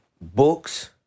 Books